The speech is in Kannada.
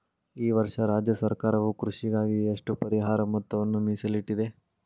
ಈ ವರ್ಷ ರಾಜ್ಯ ಸರ್ಕಾರವು ಕೃಷಿಗಾಗಿ ಎಷ್ಟು ಪರಿಹಾರ ಮೊತ್ತವನ್ನು ಮೇಸಲಿಟ್ಟಿದೆ?